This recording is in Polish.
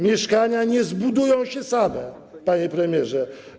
Mieszkania nie zbudują się same, panie premierze.